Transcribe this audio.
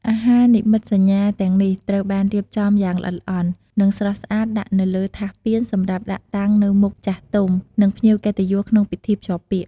អាហារនិមិត្តសញ្ញាទាំងនេះត្រូវបានរៀបចំយ៉ាងល្អិតល្អន់ និងស្រស់ស្អាតដាក់នៅលើថាសពានសម្រាប់ដាក់តាំងនៅមុខចាស់ទុំ និងភ្ញៀវកិត្តិយសក្នុងពិធីភ្ជាប់ពាក្យ។